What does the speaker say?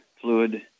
fluid